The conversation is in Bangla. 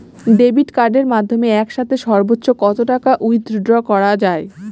ডেবিট কার্ডের মাধ্যমে একসাথে সর্ব্বোচ্চ কত টাকা উইথড্র করা য়ায়?